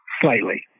Slightly